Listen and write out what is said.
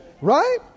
Right